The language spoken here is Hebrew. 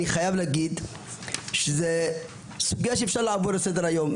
אני חייב להגיד שזו סוגייה שאי אפשר לעבור עליה לסדר היום,